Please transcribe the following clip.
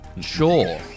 sure